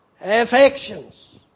affections